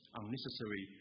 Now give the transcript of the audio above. unnecessary